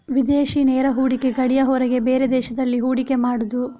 ವಿದೇಶಿ ನೇರ ಹೂಡಿಕೆ ಗಡಿಯ ಹೊರಗೆ ಬೇರೆ ದೇಶದಲ್ಲಿ ಹೂಡಿಕೆ ಮಾಡುದು